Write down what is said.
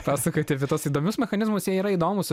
pasakoti apie tuos įdomius mechanizmus jie yra įdomūs